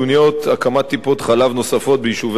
הקמת טיפות-חלב נוספות ביישובי אבו-בסמה,